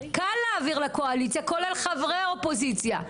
קל להעביר לקואליציה כולל חברי האופוזיציה,